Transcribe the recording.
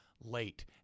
late